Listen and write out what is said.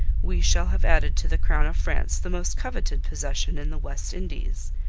we shall have added to the crown of france the most coveted possession in the west indies.